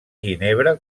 ginebra